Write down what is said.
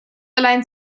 allein